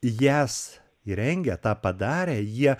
jas įrengę tą padarę jie